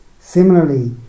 Similarly